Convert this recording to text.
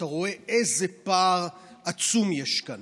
אתה רואה איזה פער עצום יש כאן.